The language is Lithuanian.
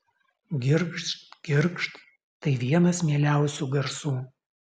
girgžt girgžt tai vienas mieliausių garsų